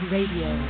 Radio